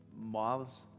moths